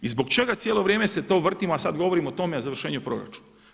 I zbog čega cijelo vrijeme se to vrtimo, a sada govorimo o tome o izvršenju proračuna.